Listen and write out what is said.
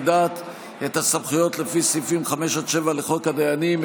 דת את הסמכויות לפי סעיפים 5 7 לחוק הדיינים,